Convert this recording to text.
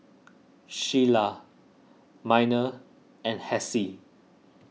Sheilah Miner and Hassie